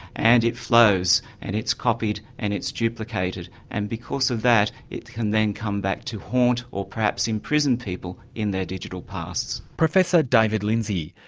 and it flows, and it's copied, and it's duplicated. and because of that, it can then come back to haunt or perhaps imprison people in their digital pasts. professor david lindsay.